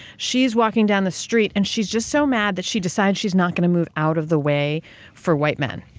she's walking down the street and she's just so mad that she decides she's not going to move out of the way for white men.